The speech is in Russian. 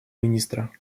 министра